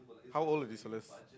how old are these fellas